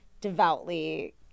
devoutly